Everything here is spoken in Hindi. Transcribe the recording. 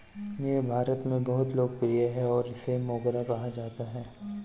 यह भारत में बहुत लोकप्रिय है और इसे मोगरा कहा जाता है